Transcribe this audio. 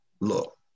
look